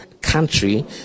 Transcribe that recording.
country